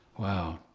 wow.